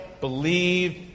believed